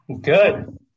Good